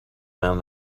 man